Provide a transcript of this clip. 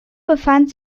befand